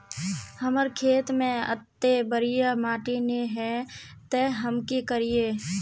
हमर खेत में अत्ते बढ़िया माटी ने है ते हम की करिए?